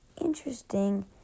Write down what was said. interesting